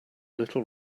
little